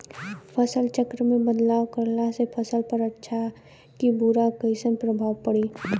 फसल चक्र मे बदलाव करला से फसल पर अच्छा की बुरा कैसन प्रभाव पड़ी?